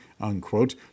unquote